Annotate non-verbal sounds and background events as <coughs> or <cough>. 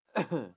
<coughs>